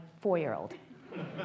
four-year-old